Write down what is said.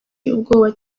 ubwoba